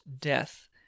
death